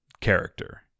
character